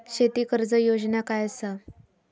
शेती कर्ज योजना काय असा?